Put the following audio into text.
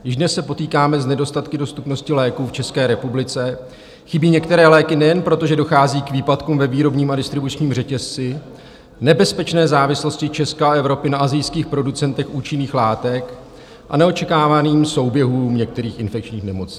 Již dnes se potýkáme s nedostatky dostupnosti léků v České republice, chybí některé léky nejen proto, že dochází k výpadkům ve výrobním a distribučním řetězci, nebezpečné závislosti Česka a Evropy na asijských producentech účinných látek a neočekávaným souběhům některých infekčních nemocí.